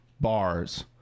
bars